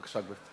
בבקשה, גברתי.